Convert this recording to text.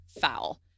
foul